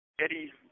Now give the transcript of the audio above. Eddie